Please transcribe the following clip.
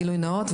גילוי נאות,